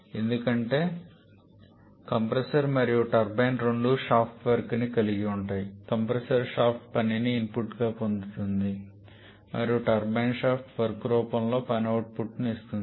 ఎందుకంటే కంప్రెసర్ మరియు టర్బైన్ రెండూ షాఫ్ట్ వర్క్ ని కలిగి ఉంటాయి కంప్రెసర్ షాఫ్ట్ పనిని ఇన్పుట్గా పొందుతుంది మరియు టర్బైన్ షాఫ్ట్ వర్క్ రూపంలో పని అవుట్పుట్ను ఇస్తుంది